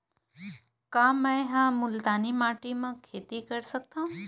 का मै ह मुल्तानी माटी म खेती कर सकथव?